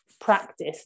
practice